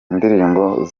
indirimbo